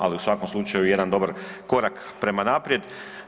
Ali u svakom slučaju jedan dobar korak prema naprijed.